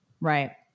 Right